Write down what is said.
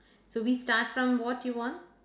so we start from what you want